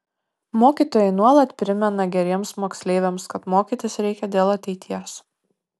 mokytojai nuolat primena geriems moksleiviams kad mokytis reikia dėl ateities